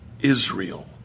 Israel